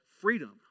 freedom